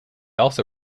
also